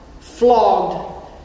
flogged